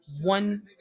one